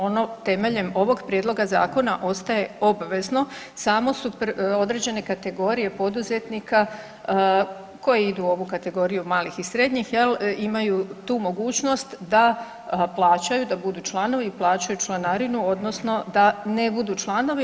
Ono temeljem ovog prijedloga zakona ostaje obvezno samo su određene kategorije poduzetnika koje idu u ovu kategoriju malih i srednjih imaju tu mogućnost da plaćaju, da budu članovi i plaćaju članarinu, odnosno da ne budu članovi.